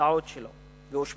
הצלעות שלו נפגעו והוא אושפז.